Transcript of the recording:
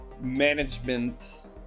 management